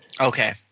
Okay